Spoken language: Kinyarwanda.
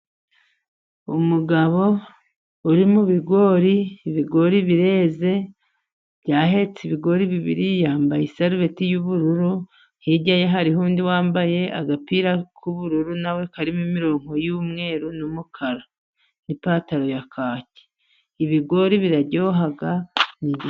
Umugabo uri mu bibigori, ibigori bireze, byahetse ibigori bibiri, yambaye isarubeti y'ubururu, hirya ye hariho undi wambaye agapira k'ubururu, na we karimo imirongo y'umweru n'umukara, n'ipantaro ya kaki, ibigori biraryoha.